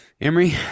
Emery